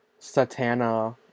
Satana